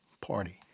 party